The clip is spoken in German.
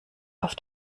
auf